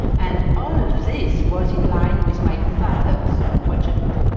and all this was in line with my father's project.